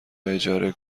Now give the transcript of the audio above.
اجاره